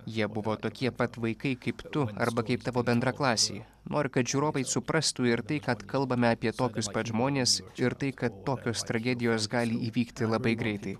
jie buvo tokie pat vaikai kaip tu arba kaip tavo bendraklasiai nori kad žiūrovai suprastų ir tai kad kalbame apie tokius pat žmonės ir tai kad tokios tragedijos gali įvykti labai greitai